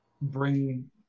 bring